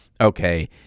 Okay